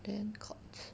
then Courts